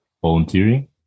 volunteering